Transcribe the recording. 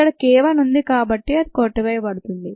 ఇక్కడ k 1 ఉంది కాబట్టి అది కొట్టివేయబడుతుంది